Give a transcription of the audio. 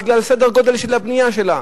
בגלל סדר הגודל של הבנייה שלה,